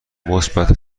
مثبت